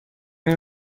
این